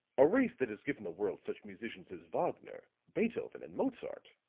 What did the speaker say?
a race that has given the world such musicians as wagner, beethoven and mozart,